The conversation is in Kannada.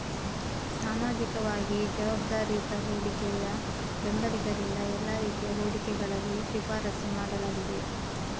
ಸಾಮಾಜಿಕವಾಗಿ ಜವಾಬ್ದಾರಿಯುತ ಹೂಡಿಕೆಯ ಬೆಂಬಲಿಗರಿಂದ ಎಲ್ಲಾ ರೀತಿಯ ಹೂಡಿಕೆಗಳಲ್ಲಿ ಶಿಫಾರಸು ಮಾಡಲಾಗಿದೆ